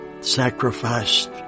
Sacrificed